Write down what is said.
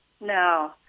No